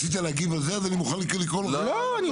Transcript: מוכן לקרוא לו.